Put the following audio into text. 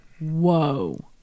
Whoa